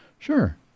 Sure